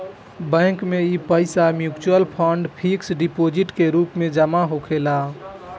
bank में इ पईसा मिचुअल फंड, फिक्स डिपोजीट के रूप में जमा होखेला